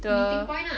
meeting point lah